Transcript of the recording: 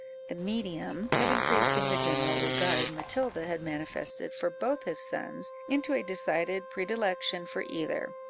the medium of increasing the general regard matilda had manifested for both his sons into a decided predilection for either